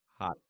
hot